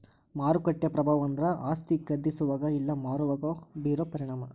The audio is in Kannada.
ಮಾರುಕಟ್ಟೆ ಪ್ರಭಾವ ಅಂದ್ರ ಆಸ್ತಿ ಖರೇದಿಸೋವಾಗ ಇಲ್ಲಾ ಮಾರೋವಾಗ ಬೇರೋ ಪರಿಣಾಮ